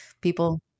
People